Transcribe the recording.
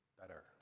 better